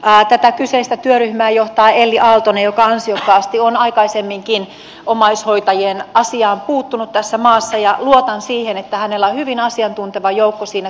tätä kyseistä työryhmää johtaa elli aaltonen joka ansiokkaasti on aikaisemminkin omaishoitajien asiaan puuttunut tässä maassa ja luotan siihen että hänellä on hyvin asiantunteva joukko siinä työryhmässä